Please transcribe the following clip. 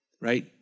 right